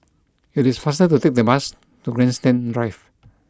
it is faster to take the bus to Grandstand Drive